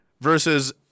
versus